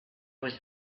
was